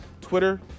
Twitter